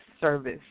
service